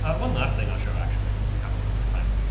ah one last thing i'll show, actually, since we have a little bit of time.